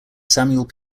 samuel